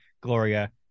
gloria